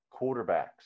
quarterbacks